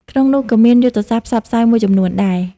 ក្នុងនោះក៏មានយុទ្ធសាស្ត្រផ្សព្វផ្សាយមួយចំនួនដែរ។